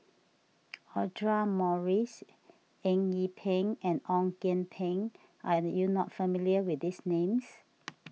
Audra Morrice Eng Yee Peng and Ong Kian Peng are you not familiar with these names